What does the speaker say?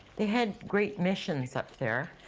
they had great missions up there,